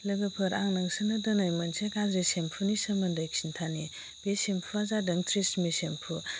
लोगोफोर आं नोंसोरनो दिनै मोनसे गाज्रि सेम्पुनि सोमोन्दै खिन्थानि बे सेम्पुआ जादों ट्रेजेम्मे सेम्पु